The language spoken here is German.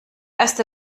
erste